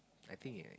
I think I